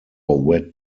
wed